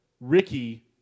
Ricky